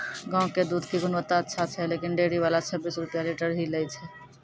गांव के दूध के गुणवत्ता अच्छा छै लेकिन डेयरी वाला छब्बीस रुपिया लीटर ही लेय छै?